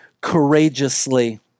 courageously